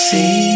See